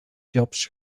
jobs